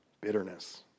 bitterness